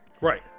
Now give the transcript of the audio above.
Right